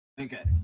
Okay